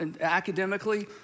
academically